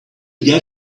get